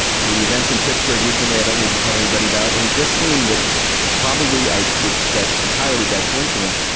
the events in pittsburgh recently. i don't need to tell anybody about and it just seemed that probably i would guess entirely by coincidence.